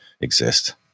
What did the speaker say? exist